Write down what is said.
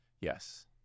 Yes